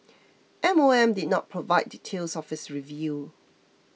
M O M did not provide details of its review